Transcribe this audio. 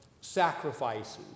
sacrifices